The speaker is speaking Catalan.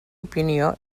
opinió